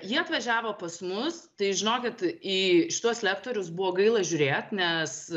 jie atvažiavo pas mus tai žinokit į šituos lektorius buvo gaila žiūrėt nes